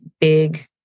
big